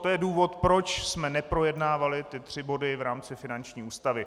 To je důvod, proč jsme neprojednávali ty tři body v rámci finanční ústavy.